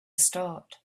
start